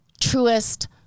truest